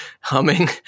humming